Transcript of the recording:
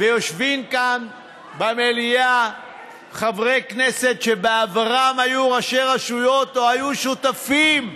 יושבים כאן במליאה חברי כנסת שבעברם היו ראשי רשויות או היו שותפים,